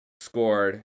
scored